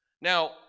Now